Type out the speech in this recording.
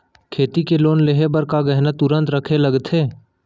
खेती के लोन लेहे बर का तुरंत गहना रखे लगथे?